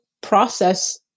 process